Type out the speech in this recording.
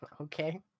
okay